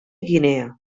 guinea